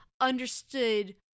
understood